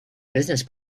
business